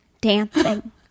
Dancing